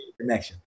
connection